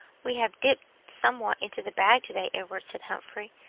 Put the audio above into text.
we have dipped somewhat into the bag to-day, edward, said humphrey,